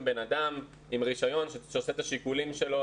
בן אדם עם רישיון שעושה את השיקולים שלו,